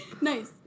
Nice